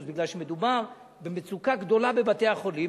בגלל שמדובר במצוקה גדולה בבתי-החולים,